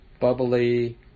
bubbly